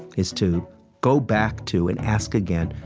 is to go back to and ask again,